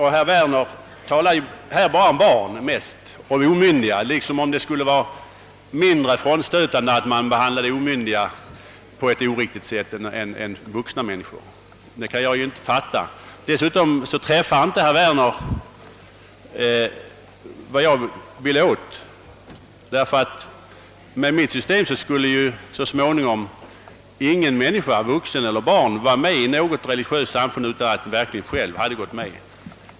Herr Werner talar här mest om barn och omyndiga, liksom om det skulle vara mindre stötande att man behandlade dem på ett oriktigt sätt. Det kan jag inte fatta. Dessutom träffar inte herr Werners kritik det jag vill komma åt. Med mitt system skulle nämligen så småningom ingen människa, vuxen eller barn, vara med i något religiöst samfund utan att själv ha gått med.